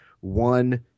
one